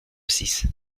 six